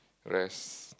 rest